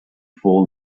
four